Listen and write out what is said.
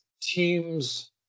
teams